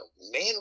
Man